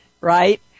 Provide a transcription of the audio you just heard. right